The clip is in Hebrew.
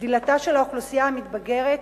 גדילתה של האוכלוסייה המתבגרת